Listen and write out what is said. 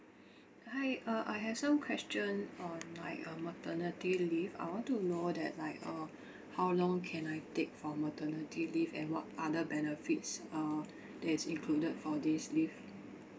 hi uh I have some question on like a maternity leave I want to know that like uh how long can I take for maternity leave and what other benefits uh that is included for this leave